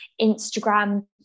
Instagram